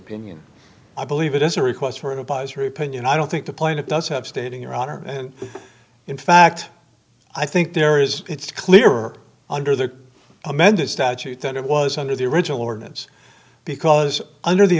opinion i believe it is a request for an advisory opinion i don't think the point it does have stating your honor and in fact i think there is it's clearer under the amended statute that it was under the original ordinance because under the